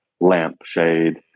lampshade